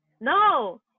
No